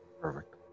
Perfect